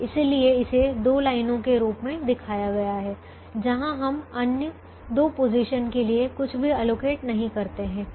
इसलिए इसे दो लाइनों के रूप में दिखाया गया है जहाँ हम अन्य दो पोजीशन के लिए कुछ भी आवंटित नहीं करते हैं